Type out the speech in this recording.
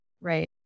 right